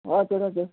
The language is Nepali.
हजुर हजुर